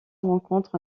rencontre